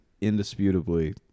indisputably